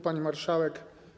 Pani Marszałek!